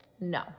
No